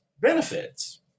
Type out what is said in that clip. benefits